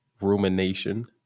rumination